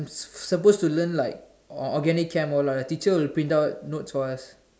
supposed to learn like organic Chem all our teacher will print out notes for us